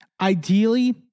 Ideally